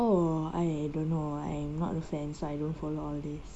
oh I don't know I'm not a fan so I don't follow all this